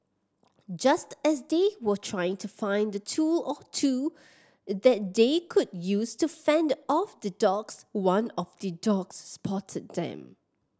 just as they were trying to find a tool or two that they could use to fend off the dogs one of the dogs spotted them